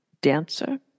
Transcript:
Dancer